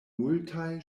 multaj